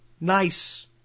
Nice